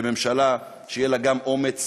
לממשלה שיהיה לה גם אומץ